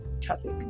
traffic